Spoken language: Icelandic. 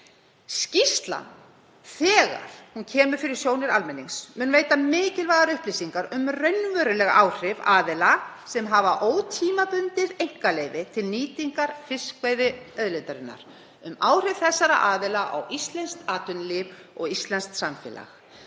Skýrslan, þegar hún kemur fyrir sjónir almennings, mun veita mikilvægar upplýsingar um raunveruleg áhrif aðila sem hafa ótímabundið einkaleyfi til nýtingar fiskveiðiauðlindarinnar, um áhrif þessara aðila á íslenskt atvinnulíf og íslenskt samfélag,